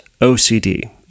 OCD